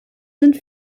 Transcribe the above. sind